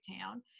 town